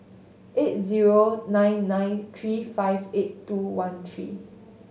eight zero nine nine three five eight two one three